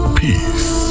peace